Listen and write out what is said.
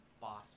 boss